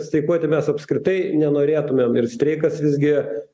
streikuoti mes apskritai nenorėtumėm streikas visgi